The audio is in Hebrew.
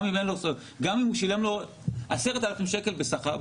גם אם הוא שילם לו 10,000 שקלים בשכר,